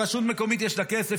כשלרשות מקומית יש כסף,